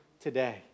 today